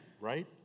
right